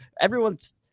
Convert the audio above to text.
Everyone's